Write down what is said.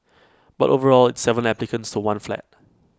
but overall it's Seven applicants to one flat